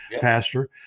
pastor